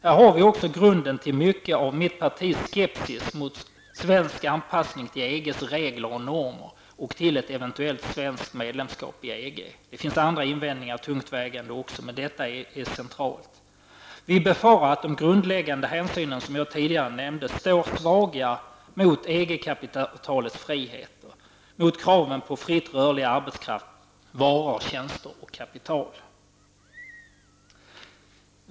Här har vi också grunden till mycket av vår skepsis mot svensk anpassning till EGs regler och normer och till ett eventuellt svenskt medlemskap i EG. Det finns också andra tungt vägande invändningar, men detta är centralt. Vi befarar att de grundläggande hänsyn som jag tidigare nämnde står svaga mot EG-kapitalets friheter, mot kraven på fritt rörlig arbetskraft, varor, tjänster och kapital.